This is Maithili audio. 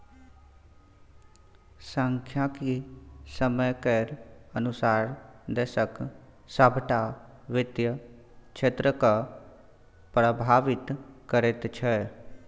सांख्यिकी समय केर अनुसार देशक सभटा वित्त क्षेत्रकेँ प्रभावित करैत छै